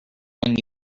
when